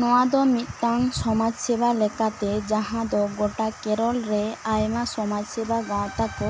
ᱱᱚᱣᱟ ᱫᱚ ᱢᱤᱫᱴᱟᱝ ᱥᱚᱢᱟᱡᱽ ᱥᱮᱵᱟ ᱞᱮᱠᱟᱛᱮ ᱡᱟᱦᱟᱸ ᱫᱚ ᱜᱚᱴᱟ ᱠᱮᱨᱚᱞ ᱨᱮ ᱟᱭᱢᱟ ᱥᱚᱢᱟᱡᱽ ᱥᱮᱵᱟ ᱜᱟᱶᱛᱟ ᱠᱚ